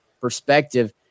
perspective